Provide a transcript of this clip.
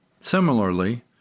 Similarly